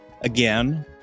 again